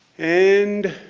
and